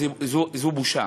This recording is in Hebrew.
זו בושה.